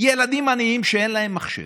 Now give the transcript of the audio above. ילדים עניים שאין להם מחשב.